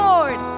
Lord